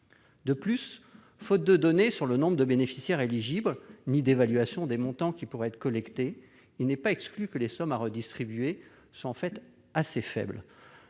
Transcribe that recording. De plus, faute de données sur le nombre de bénéficiaires éligibles et d'évaluation des montants qui pourraient être collectés, il n'est pas exclu que les sommes à redistribuer soient en réalité assez faibles.